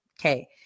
Okay